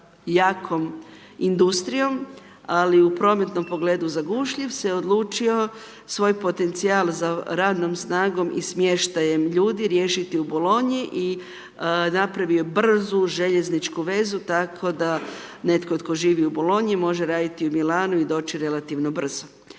jakom industrijom, ali i u prometnom pogledu zagušljiv se odlučio svoj potencijal za radnom snagom i smještajem ljudi riješiti u Bolonji i napravio je brzu željezničku vezu tako da netko tko živi u Bolonji može raditi u Milanu i doći relativno brzo.